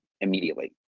Immediately